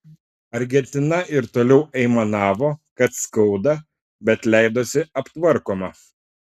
argentina ir toliau aimanavo kad skauda bet leidosi aptvarkoma